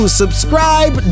subscribe